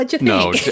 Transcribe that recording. no